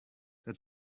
that